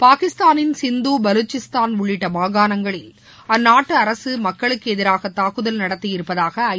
பாகிஸ்தானின் சிந்து பலூசிஸ்தான் உள்ளிட்ட மாகாணங்களில் அந்நாட்டு அரசு மக்களுக்கு எதிராக தாக்குதல் நடத்தியிருப்பதாக ஐ